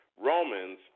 Romans